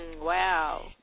Wow